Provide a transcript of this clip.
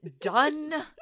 done